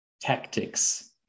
tactics